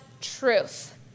truth